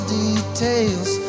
details